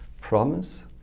promise